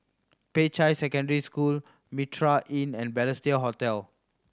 Peicai Secondary School Mitraa Inn and Balestier Hotel